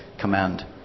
command